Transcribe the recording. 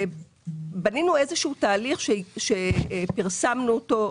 בנינו איזשהו תהליך שפרסמנו אותו.